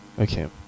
Okay